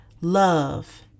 love